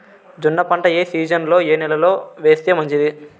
జొన్న పంట ఏ సీజన్లో, ఏ నెల లో వేస్తే మంచిది?